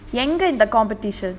எங்க அந்த:enga andha competition